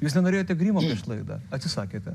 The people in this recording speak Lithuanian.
jūs nenorėjote grimo prieš laidą atsisakėte